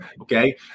okay